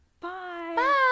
Bye